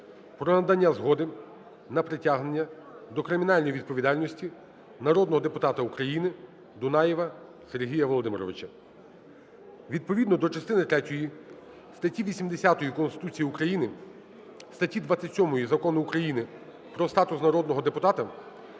про надання згоди на притягнення до кримінальної відповідальності народного депутата України Дунаєва Сергія Володимировича. Відповідно до частини третьої статті 80 Конституції України, статті 27 Закону України "Про статус народного депутата"